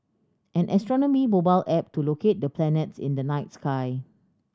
an astronomy mobile app to locate the planets in the night sky